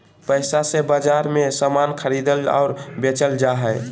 पैसा से बाजार मे समान खरीदल और बेचल जा हय